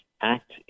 act